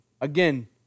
Again